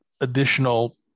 additional